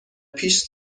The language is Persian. پیش